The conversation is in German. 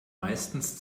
meistens